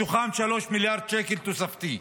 מתוכם 3 מיליארד שקלים תוספתי,